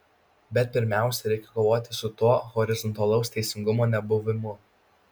bet pirmiausia reikia kovoti su tuo horizontalaus teisingumo nebuvimu